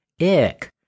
Ick